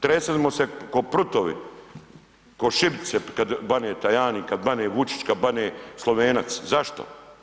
Tresemo se ko prutovi, ko šibice kad bane Tajani, kad bane Vučić, kad bane Slovenac, zašto?